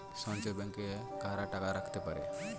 সঞ্চয় ব্যাংকে কারা টাকা রাখতে পারে?